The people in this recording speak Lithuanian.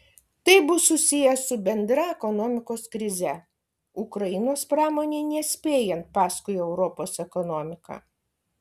tai bus susiję su bendra ekonomikos krize ukrainos pramonei nespėjant paskui europos ekonomiką